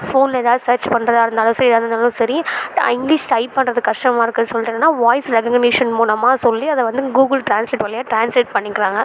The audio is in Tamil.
ஃபோனில் ஏதாவது சர்ச் பண்ணுறதா இருந்தாலும் சரி எதாக இருந்தாலும் சரி ட இங்கிலீஷ் டைப் பண்ணுறது கஷ்டமாக இருக்குதுன்னு சொல்லிட்டு என்னென்னா வாய்ஸ் ரெககனேஷன் மூலமாக சொல்லி அதை வந்து கூகுள் ட்ரான்ஸ்லேட் வழியா ட்ரான்ஸ்லேட் பண்ணிக்கிறாங்க